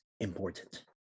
important